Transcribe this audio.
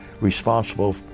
responsible